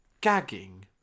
gagging